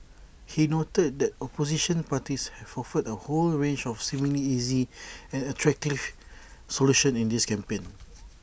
he noted that opposition parties have offered A whole range of seemingly easy and attractive solutions in this campaign